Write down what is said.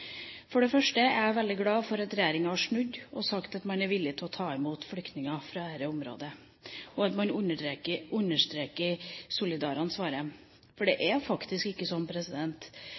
for det første: Jeg er veldig glad for at regjeringa har snudd og sagt at man er villig til å ta imot flyktninger fra dette området, og at man understreker solidaransvaret. For det er faktisk ikke sånn